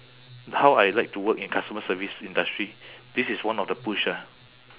how I like to work in customer service industry this is one of the push ah